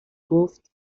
گفت